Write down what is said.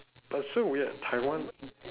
but so weird taiwan